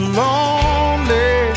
lonely